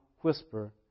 whisper